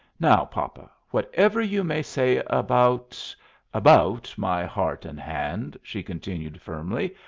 now, papa, whatever you may say about about my heart and hand, she continued firmly,